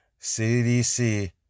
CDC